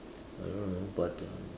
I don't know but I